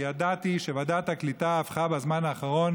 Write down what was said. כי ידעתי שוועדת הקליטה הפכה בזמן האחרון